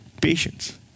patience